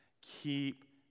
Keep